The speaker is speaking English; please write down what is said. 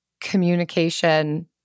communication